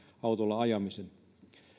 autolla ajaminen